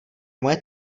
moje